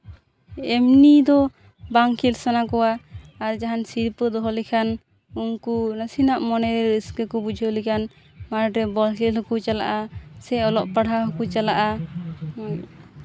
ᱮᱢᱱᱤ ᱫᱚ ᱵᱟᱝ ᱠᱷᱮᱹᱞ ᱥᱟᱱᱟ ᱠᱚᱣᱟ ᱟᱨ ᱡᱟᱦᱟᱸᱱᱟᱜ ᱥᱤᱨᱯᱟᱹ ᱫᱚᱦᱚ ᱞᱮᱠᱷᱟᱱ ᱩᱱᱠᱩ ᱱᱟᱥᱮᱱᱟᱜ ᱢᱚᱱᱮ ᱨᱮ ᱨᱟᱹᱥᱠᱟᱹ ᱠᱚ ᱵᱩᱡᱷᱟᱹᱣ ᱞᱮᱠᱷᱟᱱ ᱢᱟᱴᱷ ᱨᱮ ᱵᱚᱞ ᱠᱷᱮᱹᱞ ᱦᱚᱸᱠᱚ ᱪᱟᱞᱟᱜᱼᱟ ᱥᱮ ᱵᱚᱞ ᱠᱷᱮᱹᱞ ᱦᱚᱸᱠᱚ ᱪᱟᱞᱟᱜᱼᱟ